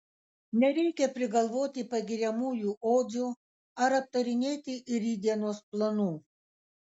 nereikia prigalvoti pagiriamųjų odžių ar aptarinėti rytdienos planų